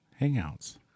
hangouts